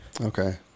Okay